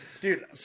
dude